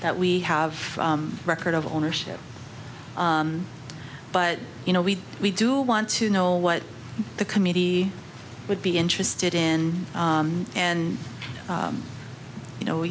that we have record of ownership but you know we we do want to know what the committee would be interested in and you know